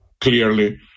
clearly